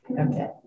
okay